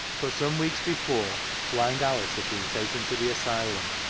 but some weeks before blind alice had been taken to the asylum,